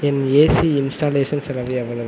என் AC installation செலவு எவ்வளவு